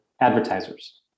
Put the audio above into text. advertisers